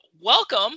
welcome